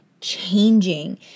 changing